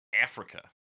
Africa